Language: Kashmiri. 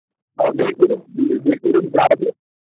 آ بیٚیہِ کوٚرُکھ بیٚیہِ کورُکھ